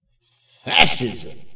fascism